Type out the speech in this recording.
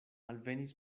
alvenis